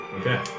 Okay